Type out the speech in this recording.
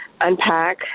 unpack